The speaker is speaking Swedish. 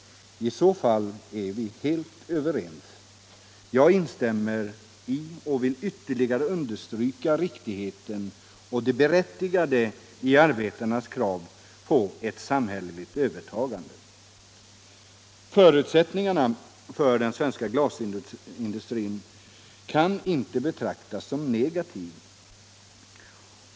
I så fall är vi helt överens. Jag instämmer i och vill ytterligare understryka riktigheten och det berättigade i arbetarnas krav på ett samhälleligt övertagande. Förutsättningarna för den svenska glasindustrin kan inte betraktas som Nr 30 negativa.